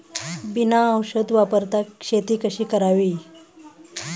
बिना औषध वापरता शेती कशी करावी?